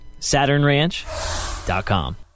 SaturnRanch.com